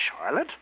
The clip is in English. Charlotte